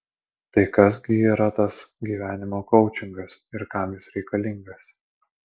tai kas gi yra tas gyvenimo koučingas ir kam jis reikalingas